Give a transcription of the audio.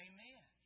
Amen